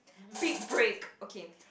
big break okay